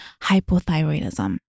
hypothyroidism